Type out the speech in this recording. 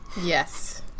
Yes